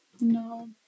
No